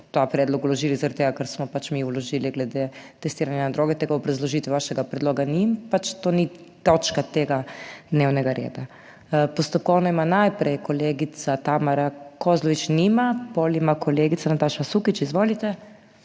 ta predlog vložili, zaradi tega, ker smo pač mi vložili glede testiranja na droge, tega obrazložitve vašega predloga ni, pač to ni točka tega dnevnega reda. Postopkovno ima najprej... Kolegica Tamara Kozlovič, nima. Potem ima kolegica Nataša Sukič. Izvolite.